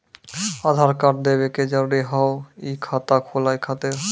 आधार कार्ड देवे के जरूरी हाव हई खाता खुलाए खातिर?